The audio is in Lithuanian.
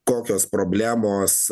kokios problemos